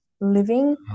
living